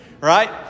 Right